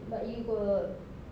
but you got